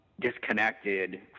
disconnected